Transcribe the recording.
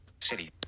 City